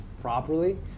properly